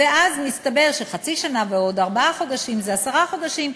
ואז מסתבר שחצי שנה ועוד ארבעה חודשים זה עשרה חודשים,